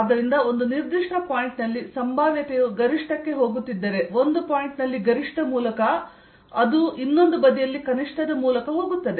ಆದ್ದರಿಂದ ಒಂದು ನಿರ್ದಿಷ್ಟ ಪಾಯಿಂಟ್ ನಲ್ಲಿ ಸಂಭಾವ್ಯತೆಯು ಗರಿಷ್ಠಕ್ಕೆ ಹೋಗುತ್ತಿದ್ದರೆ ಒಂದು ಪಾಯಿಂಟ್ನಲ್ಲಿ ಗರಿಷ್ಠ ಮೂಲಕ ಅದು ಇನ್ನೊಂದು ಬದಿಯಲ್ಲಿ ಕನಿಷ್ಠದ ಮೂಲಕ ಹೋಗುತ್ತದೆ